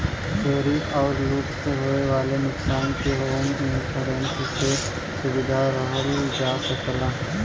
चोरी आउर लूट से होये वाले नुकसान के होम इंश्योरेंस से सुरक्षित रखल जा सकला